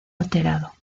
alterado